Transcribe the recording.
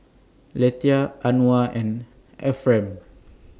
Lethia Anwar and Efrem